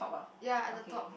ya at the top